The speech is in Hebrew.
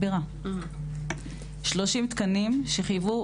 30 תקנים שחייבו,